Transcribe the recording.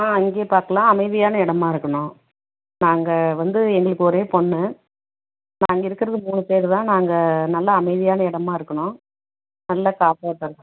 ஆ அங்கேயே பார்க்கலாம் அமைதியான இடமா இருக்கணும் நாங்கள் வந்து எங்களுக்கு ஒரே பொண்ணு நாங்கள் இருக்கிறது மூணு பேர்தான் நாங்கள் நல்ல அமைதியான இடமா இருக்கணும் நல்ல காற்றோட்டோம்